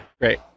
Great